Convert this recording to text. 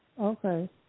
Okay